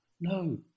no